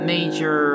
Major